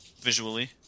visually